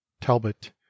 Talbot